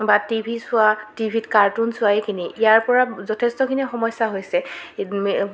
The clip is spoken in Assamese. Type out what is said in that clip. বা টি ভি চোৱা টি ভিত কাৰ্টোন চোৱা এইখিনি ইয়াৰ পৰা যথেষ্টখিনি সমস্যা হৈছে